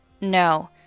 No